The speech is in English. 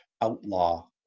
outlaw